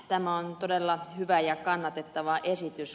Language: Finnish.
tämä on todella hyvä ja kannatettava esitys